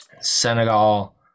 Senegal